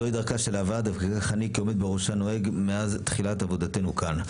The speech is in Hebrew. זוהי דרכה של הוועדה וכך אני כעומד בראשה נוהג מאז תחילת עבודתנו כאן.